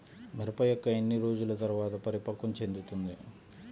మిరప మొక్క ఎన్ని రోజుల తర్వాత పరిపక్వం చెందుతుంది?